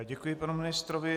Děkuji panu ministrovi.